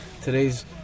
today's